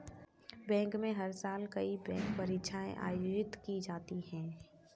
भारत में हर साल कई बैंक परीक्षाएं आयोजित की जाती हैं